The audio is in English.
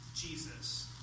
Jesus